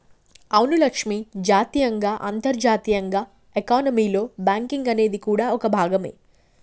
అవును లక్ష్మి జాతీయంగా అంతర్జాతీయంగా ఎకానమీలో బేంకింగ్ అనేది కూడా ఓ భాగమే